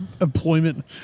employment